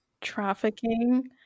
trafficking